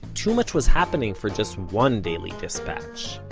too much was happening for just one daily dispatch,